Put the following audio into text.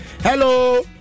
hello